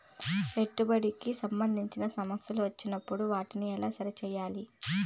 పెట్టుబడికి సంబంధించిన సమస్యలు వచ్చినప్పుడు వాటిని ఎలా సరి చేయాలి?